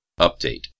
Update